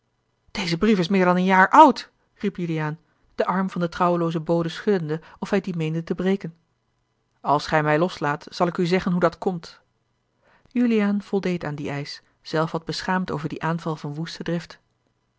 deze brief is meer dan een jaar oud riep juliaan den arm van den trouweloozen bode schuddende of hij dien meende te breken als gij mij loslaat zal ik u zeggen hoe dat komt a l g bosboom-toussaint de delftsche wonderdokter eel uliaan voldeed aan dien eisch zelf wat beschaamd over dien aanval van woeste